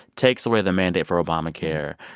takes away the mandate for obamacare,